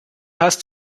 hast